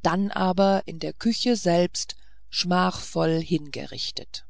dann aber in der küche selbst schmachvoll hingerichtet